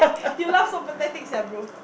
you laugh so pathetic sia bro